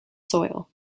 soil